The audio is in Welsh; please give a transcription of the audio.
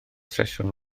sesiwn